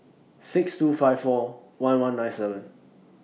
six two five four one one nine seven